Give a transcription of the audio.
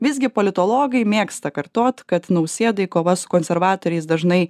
visgi politologai mėgsta kartot kad nausėdai kova su konservatoriais dažnai